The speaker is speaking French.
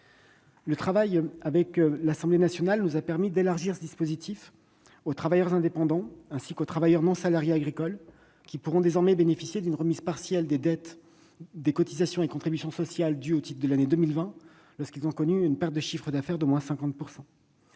Le travail conduit avec l'Assemblée nationale nous a permis d'élargir ce dispositif aux travailleurs indépendants, ainsi qu'aux non-salariés agricoles, qui pourront désormais bénéficier d'une remise partielle de leurs dettes de cotisations et contributions sociales dues au titre de l'année 2020, lorsqu'ils ont connu une perte d'au moins 50